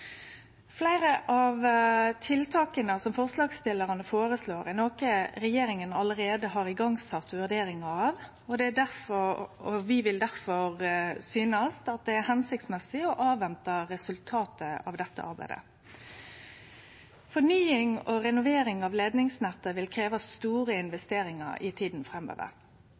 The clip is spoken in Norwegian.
Fleire av tiltaka som forslagsstillarane føreslår, er noko regjeringa allereie har sett i gang vurderinga av, og vi synest difor det er hensiktsmessig å avvente resultatet av dette arbeidet. Fornying og renovering av leidningsnettet vil krevje store investeringar i tida framover.